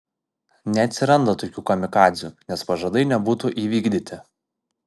neatsiranda tokių kamikadzių nes pažadai nebūtų įvykdyti